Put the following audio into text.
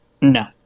No